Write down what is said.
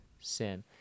sin